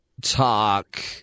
talk